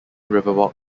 riverwalk